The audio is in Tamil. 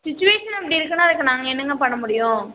சுச்சிவேஷன் அப்படி இருக்குதுனா அதுக்கு நாங்கள் என்னங்க பண்ண முடியும்